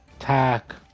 attack